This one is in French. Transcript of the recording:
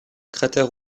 cratère